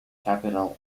capital